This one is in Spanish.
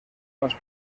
más